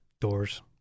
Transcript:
doors